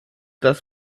das